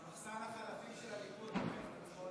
מחסן החלפים של הליכוד מוכיח את עצמו עוד פעם.